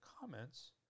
comments